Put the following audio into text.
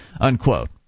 unquote